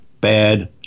bad